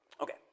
Okay